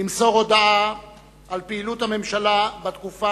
למסור הודעה על פעילות הממשלה בתקופה